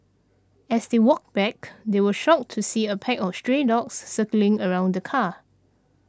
as they walked back they were shocked to see a pack of stray dogs circling around the car